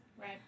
Right